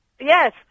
Yes